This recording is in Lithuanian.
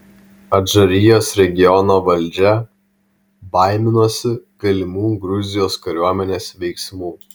adžarijos regiono valdžia baiminosi galimų gruzijos kariuomenės veiksmų